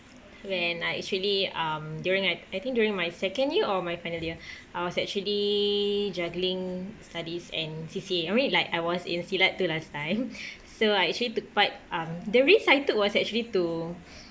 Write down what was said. when I actually um during I I think during my second year or my final year I was actually juggling studies and C_C_A I mean like I was in silat too last time so I actually took part um the risk I took was actually to